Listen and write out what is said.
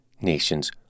nations